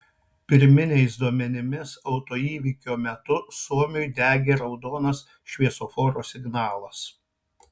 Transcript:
pirminiais duomenimis autoįvykio metu suomiui degė raudonas šviesoforo signalas